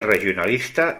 regionalista